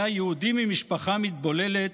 היה יהודי ממשפחה מתבוללת,